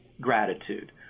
Gratitude